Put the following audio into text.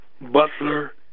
Butler